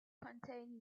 contain